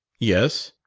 yes?